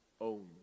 own